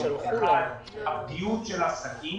נושא אחד הוא הפגיעות של עסקים,